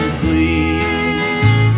please